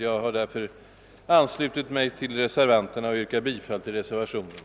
Jag har därför anslutit mig till reservanterna. Herr talman! Jag yrkar bifall till reservationen.